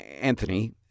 Anthony